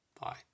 Bye